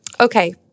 Okay